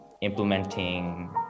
implementing